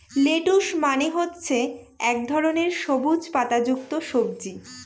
lettuce মানে হচ্ছে এক ধরনের সবুজ পাতা যুক্ত সবজি